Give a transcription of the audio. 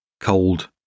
Cold